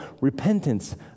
repentance